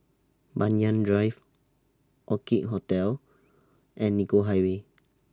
Banyan Drive Orchid Hotel and Nicoll Highway